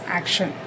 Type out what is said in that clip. action